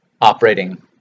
operating